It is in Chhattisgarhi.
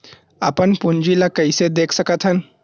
अपन पूंजी ला कइसे देख सकत हन?